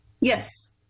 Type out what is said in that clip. Yes